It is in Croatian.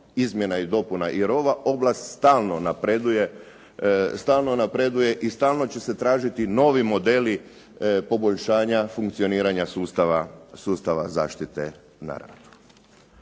izmjena i dopuna. Jer ova oblast stalno napreduje i stalno će se tražiti novi modeli poboljšanja funkcioniranja sustava zaštite na radu.